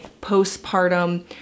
postpartum